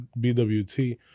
BWT